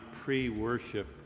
pre-worship